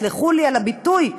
סלחו לי על הביטוי,